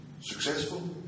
successful